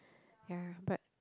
ya but